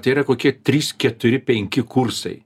tai yra kokie trys keturi penki kursai